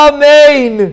Amen